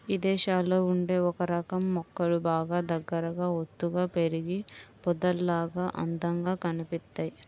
ఇదేశాల్లో ఉండే ఒకరకం మొక్కలు బాగా దగ్గరగా ఒత్తుగా పెరిగి పొదల్లాగా అందంగా కనిపిత్తయ్